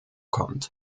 kommt